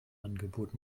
angebot